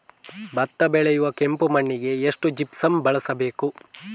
ಭತ್ತ ಬೆಳೆಯುವ ಕೆಂಪು ಮಣ್ಣಿಗೆ ಎಷ್ಟು ಜಿಪ್ಸಮ್ ಬಳಸಬೇಕು?